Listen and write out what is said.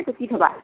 এইটোত কি থ'বা